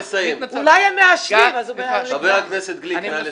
חבר הכנסת גליק, נא לסיים.